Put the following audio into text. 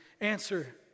answer